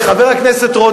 הכנסת,